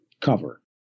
cover